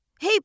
Hey